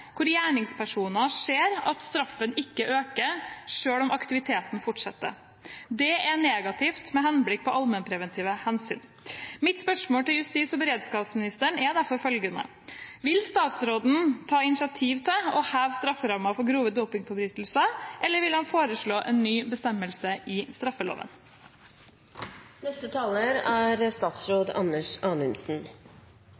hvor gjerningspersonene ser at straffen ikke øker, selv om aktiviteten fortsetter. Det er negativt med henblikk på allmennpreventive hensyn. Mitt spørsmål til justis- og beredskapsministeren er derfor følgende: Vil statsråden ta initiativ til å heve strafferammen for grove dopingforbrytelser, eller vil han foreslå en ny bestemmelse i